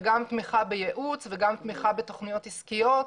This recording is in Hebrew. וגם תמיכה בייעוץ וגם תמיכה בתוכניות עסקיות.